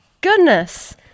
goodness